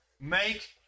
Make